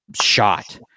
shot